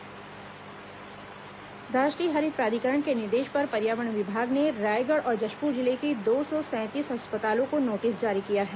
रायगढ़ अस्पताल नोटिस राष्ट्रीय हरित प्राधिकरण के निर्देश पर पर्यावरण विभाग ने रायगढ़ और जशपुर जिले के दो सौ सैंतीस अस्पतालों को नोटिस जारी किया है